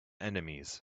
enemies